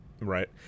right